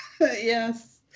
yes